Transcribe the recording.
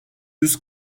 yüz